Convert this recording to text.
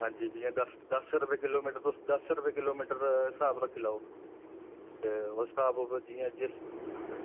हंजी जि'यां दस रुपये किलोमिटर तुस दस रुपये किलोमिटर दा स्हाब रक्खी लैओ उस स्हाब उप्पर जि'यां जि'यां तुस